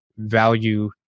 value